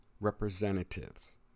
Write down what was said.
representatives